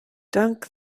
dunk